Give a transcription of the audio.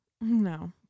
No